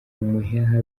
umuheha